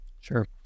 Sure